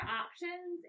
options